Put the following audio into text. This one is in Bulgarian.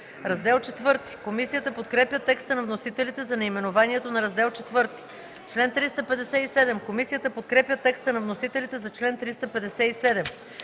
за чл. 309. Комисията подкрепя текста на вносителите за наименованието на Раздел ІІ. Комисията подкрепя текста на вносителите за чл. 310.